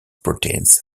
proteins